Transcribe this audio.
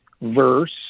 verse